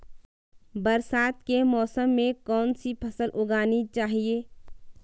बरसात के मौसम में कौन सी फसल उगानी चाहिए?